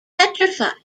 petrified